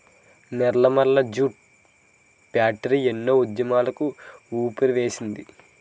Nellimarla jute factory ఎన్నో ఉద్యమాలకు ఊపిరివేసింది